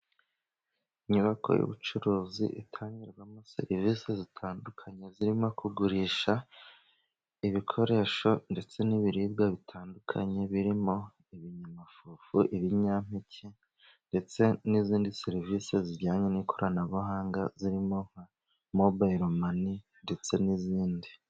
Inyubako y'ubucuruzi, itangirwamo serivisi zitandukanye zirimo kugurisha ibikoresho ndetse n'ibiribwa bitandukanye. Birimo ibinyamafufu, ibinyampeke ndetse n'izindi serivisi zijyanye n'ikoranabuhanga, zirimo nka mobayilo mane ndetse n'izindi.